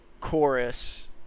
chorus